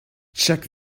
check